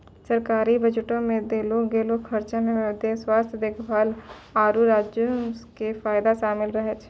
सरकारी बजटो मे देलो गेलो खर्चा मे स्वास्थ्य देखभाल, आरु राज्यो के फायदा शामिल रहै छै